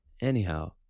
anyhow